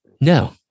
No